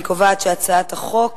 אני קובעת שהצעת החוק